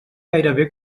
gairebé